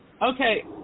Okay